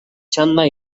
txanda